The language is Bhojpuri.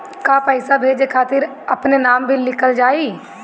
का पैसा भेजे खातिर अपने नाम भी लिकल जाइ?